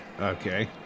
Okay